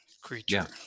creature